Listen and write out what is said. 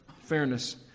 fairness